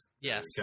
Yes